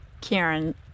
Karen